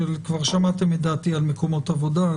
כבר שמעתם את דעתי על מקומות עבודה,